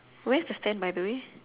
where's the stand by the way